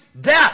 death